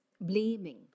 Blaming